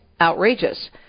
outrageous